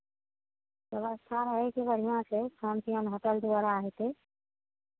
व्यवस्था रहयके बढ़िआँ छै खान पिअन होटल द्वारा हेतै